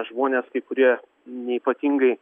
žmonės kai kurie neypatingai